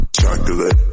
Chocolate